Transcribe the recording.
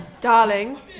Darling